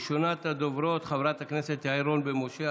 ראשונת הדוברות, חברת הכנסת יעל רון בן משה.